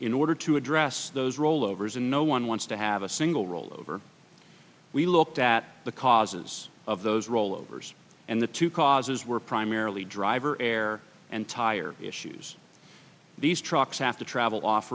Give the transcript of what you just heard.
in order to address those rollovers and no one wants to have a single rollover we looked at the causes of those rollovers and the two causes were primarily driver air and tire issues these trucks have to travel off